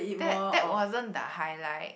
that that wasn't the highlight